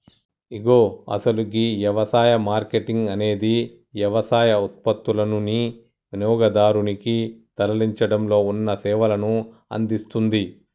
ఇగో అసలు గీ యవసాయ మార్కేటింగ్ అనేది యవసాయ ఉత్పత్తులనుని వినియోగదారునికి తరలించడంలో ఉన్న సేవలను అందిస్తుంది